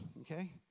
Okay